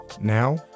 now